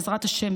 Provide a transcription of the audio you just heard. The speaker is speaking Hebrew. בעזרת השם,